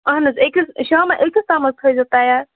اَہَن حظ أکِس شامَن أکِس تامتھ تھٲیِزیٚو تیار